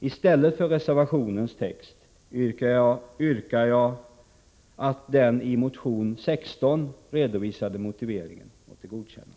I stället för reservationens motivering yrkar jag att den i motion 16 redovisade motiveringen måtte godkännas.